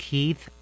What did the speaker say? Keith